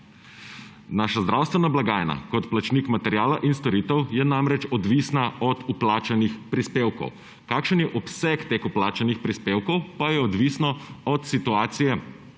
Naša zdravstvena blagajna kot plačnik materiala in storitev je namreč odvisna od vplačanih prispevkov. Kakšen je obseg teh vplačanih prispevkov, pa je odvisno od situacije